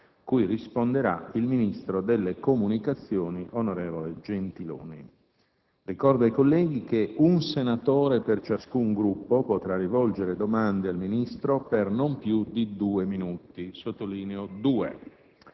cui risponderà il ministro delle comunicazioni, onorevole Gentiloni. Ricordo ai colleghi che un senatore per ciascun Gruppo potrà rivolgere domande al Ministro per non più di due minuti, e sottolineo due.